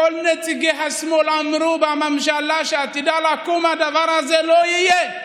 כל נציגי השמאל אמרו: בממשלה שעתידה לקום הדבר הזה לא יהיה.